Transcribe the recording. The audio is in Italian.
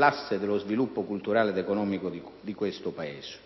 asse dello sviluppo culturale ed economico di questo Paese.